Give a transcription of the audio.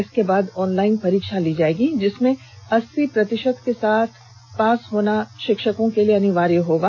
इसके बाद ऑनलाइन परीक्षा ली जाएगी जिसमें अस्सी प्रतिषत के साथ पास होना षिक्षकों के लिए अनिवार्य होगा